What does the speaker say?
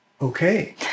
okay